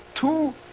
Two